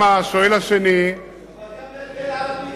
גם אלה וגם אלה ערבים.